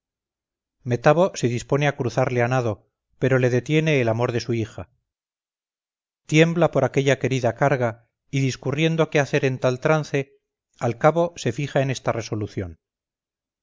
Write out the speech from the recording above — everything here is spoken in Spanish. riberas metabo se dispone a cruzarle a nado pero le detiene el amor de su hija tiembla por aquella querida carga y discurriendo qué hacer en tal trance al cabo se fija en esta resolución